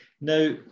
now